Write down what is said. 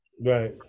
right